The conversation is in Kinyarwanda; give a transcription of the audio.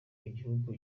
igihugu